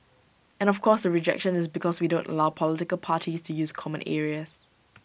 and of course the rejection is because we don't allow political parties to use common areas